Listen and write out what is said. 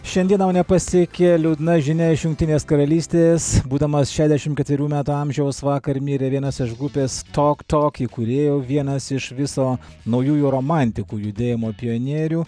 šiandien mane pasiekė liūdna žinia iš jungtinės karalystės būdamas šešiasdešimt ketverių metų amžiaus vakar mirė vienas iš grupės tok tok įkūrėjų vienas iš viso naujųjų romantikų judėjimo pionierių